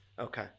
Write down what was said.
okay